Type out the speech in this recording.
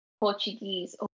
Portuguese